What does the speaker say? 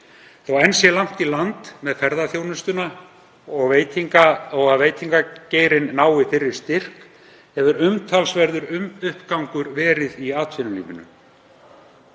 Þótt enn sé langt í land með að ferðaþjónustan og veitingageirinn nái fyrri styrk hefur umtalsverður uppgangur verið í atvinnulífinu.